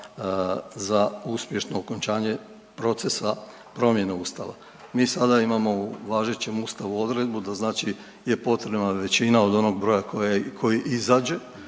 za uspješno okončanje procesa promjene Ustava. Mi sada imamo u važećem Ustavu odredbu da je potrebna većina od onog broja koji izađe,